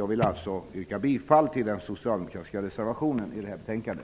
Jag yrkar bifall till den socialdemokratiska reservationen, som är fogad